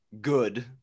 good